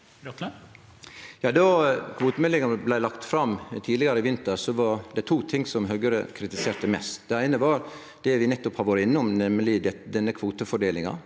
Då kvotemeldinga blei lagt fram tidlegare i vinter, var det to ting Høgre kritiserte mest. Det eine var det vi nettopp har vore innom, nemleg endringa i kvotefordelinga.